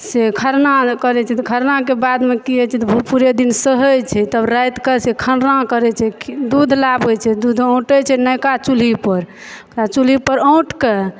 से खरना करै छै तऽ खरना के बाद की होइ छै पूरे दिन सहै छै तब राति के से खरना करै छै दूध लाबै छै दूध औंटै छै नवका चूल्ही पर आ चूल्ही पर औंट कऽ